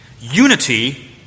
Unity